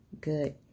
good